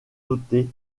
doté